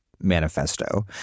manifesto